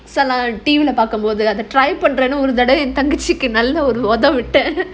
சில:sila T_V lah try பன்றேன்னு என் தங்கச்சிக்கு நல்லா ஒரு உதை விட்டேன்:pandraenu en thangachiku nalla oru uthia vittaen